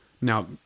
Now